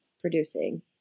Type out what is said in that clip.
producing